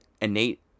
innate